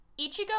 Ichigo